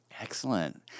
Excellent